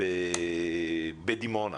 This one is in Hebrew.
בדימונה